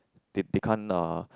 they they can't uh